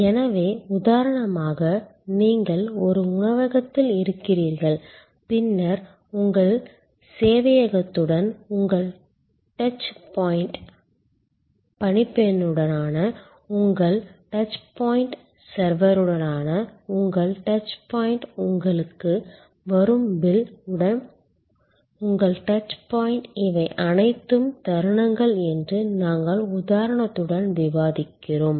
எனவே உதாரணமாக நீங்கள் ஒரு உணவகத்தில் இருக்கிறீர்கள் பின்னர் உங்கள் சேவையகத்துடன் உங்கள் டச் பாயிண்ட் பணிப்பெண்ணுடனான உங்கள் டச் பாயிண்ட் சர்வருடனான உங்கள் டச் பாயிண்ட் உங்களுக்கு வரும் பில் உடன் உங்கள் டச் பாயிண்ட் இவை அனைத்தும் தருணங்கள் என்று நாங்கள் உதாரணத்துடன் விவாதிக்கிறோம்